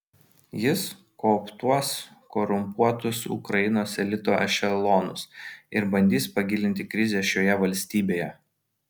jis kooptuos korumpuotus ukrainos elito ešelonus ir bandys pagilinti krizę šioje valstybėje